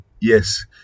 Yes